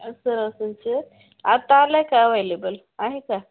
असं संच आता आलं आहे का अवेलेबल आहे का